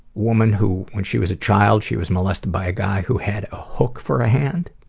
woman who, when she was a child, she was molested by a guy who had a hook for a hand.